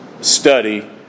study